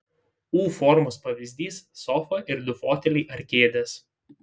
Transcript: u formos pavyzdys sofa ir du foteliai ar kėdės